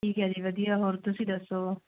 ਠੀਕ ਹੈ ਜੀ ਵਧੀਆ ਹੋਰ ਤੁਸੀਂ ਦੱਸੋ